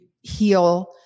heal